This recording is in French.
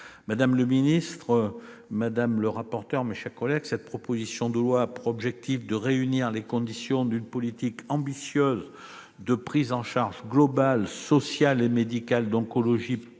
secrétaire d'État, madame la rapporteur, mes chers collègues, cette proposition de loi a pour objectif de réunir les conditions d'une politique ambitieuse de prise en charge globale, sociale et médicale, d'oncologie pédiatrique